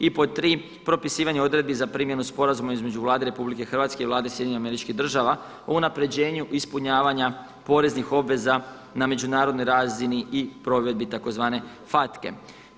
I pod tri propisivanje odredbi za primjenu Sporazuma između Vlade RH i Vlade SAD-a o unapređenju ispunjavanja poreznih obveza na međunarodnoj razini i provedbi tzv. FATCA-e.